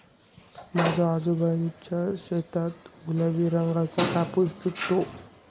माझ्या आजोबांच्या शेतात गुलाबी रंगाचा कापूस पिकतो